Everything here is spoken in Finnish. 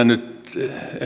nyt